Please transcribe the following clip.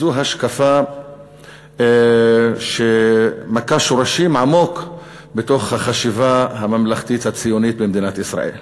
שזו השקפה שמכה שורשים עמוק בתוך החשיבה הממלכתית הציונית במדינת ישראל.